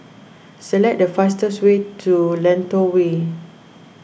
select the fastest way to Lentor Way